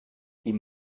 die